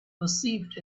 perceived